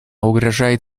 угрожает